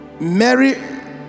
Mary